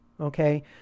okay